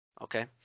Okay